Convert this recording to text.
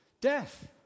death